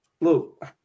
look